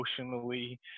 emotionally